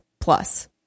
Plus